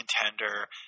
contender